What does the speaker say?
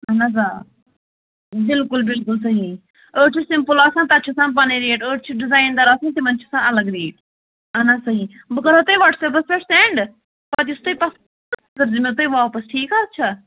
اَہَن حظ آ بِلکُل بِلکُل صحیح أڑۍ چھِ سِمپُل آسان تَتھ چھُ آسان پَنٕنۍ ریٹ أڑۍ چھِ ڈِزایِن دار آسان تِمَن چھِ آسان الگ ریٹ اَہَن حظ صحیح بہٕ کَرہو تۄہہِ واٹس ایپَس پٮ۪ٹھ سینٛڈ پَتہٕ یُس تۄہہِ پَسنٛد کٔرۍزیٚو تُہۍ مےٚ واپَس ٹھیٖک حظ چھا